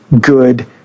good